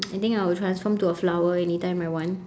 I think I would transform to a flower anytime I want